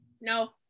No